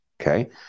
Okay